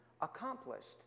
accomplished